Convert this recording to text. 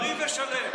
בריא ושלם.